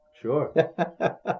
Sure